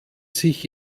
sich